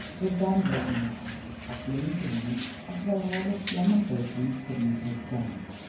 the dumb woe in their eyes appealing to him as the loudest lamentations could not have done.